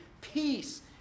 Peace